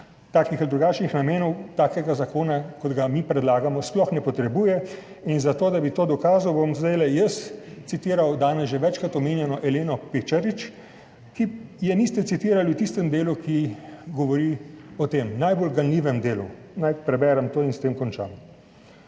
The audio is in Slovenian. takih ali drugačnih namenov, takega zakona, kot ga mi predlagamo, sploh ne potrebuje. In zato, da bi to dokazal, bom zdaj citiral danes že večkrat omenjeno Eleno Pečarič, ki je niste citirali v tistem delu, ki govori o tem najbolj ganljivem delu. Naj preberem to in s tem končam: